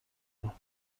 میکند